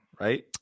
right